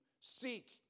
Seek